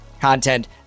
content